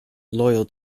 loyal